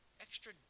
extra